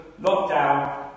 lockdown